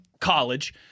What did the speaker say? college